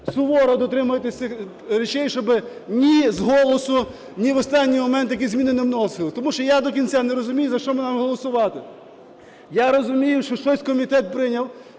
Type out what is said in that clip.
суворо дотримуєтесь цих речей, щоб ні з голосу, ні в останній момент такі зміни не вносились. Тому що я до кінця не розумію, за що нам голосувати. Я розумію, що щось комітет прийняв.